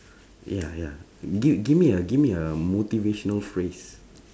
ya ya gi~ give me a give me a motivational phrase